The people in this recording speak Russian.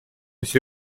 все